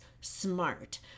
smart